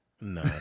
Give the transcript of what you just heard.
No